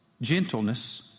gentleness